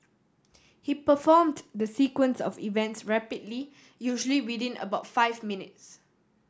he performed the sequence of events rapidly usually within about five minutes